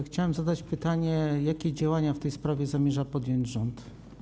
Chciałem zadać pytanie: Jakie działania w tej sprawie zamierza podjąć rząd?